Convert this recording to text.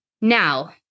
Now